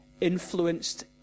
influenced